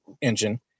engine